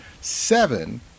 seven